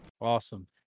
Awesome